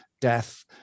death